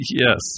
Yes